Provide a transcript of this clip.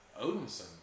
Odinson